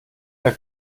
bei